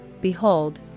behold